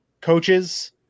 coaches